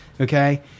Okay